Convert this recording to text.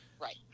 Right